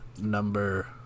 number